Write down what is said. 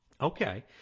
okay